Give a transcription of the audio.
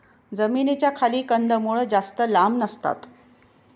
जमिनीच्या खाली कंदमुळं जास्त लांब नसतात